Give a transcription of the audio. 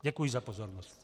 Děkuji za pozornost.